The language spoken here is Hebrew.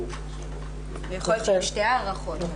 יכול להיות שבשתי הארכות,